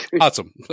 Awesome